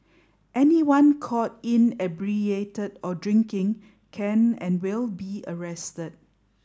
anyone caught inebriated or drinking can and will be arrested